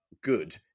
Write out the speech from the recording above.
good